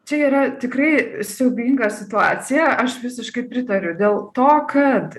čia yra tikrai siaubinga situacija aš visiškai pritariu dėl to kad